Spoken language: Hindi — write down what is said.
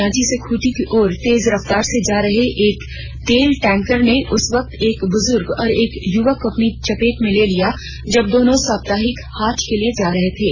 रांची से खूंटी की ओर तेज रफ्तार से जा रहे एक तेल टैंकर ने उस वक्त एक बुजुर्ग और एक युवक को अपनी चपेट में ले लिया जब दोनों साप्ताहिक हाट जा रहे थे